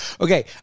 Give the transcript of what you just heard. Okay